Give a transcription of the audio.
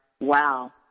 wow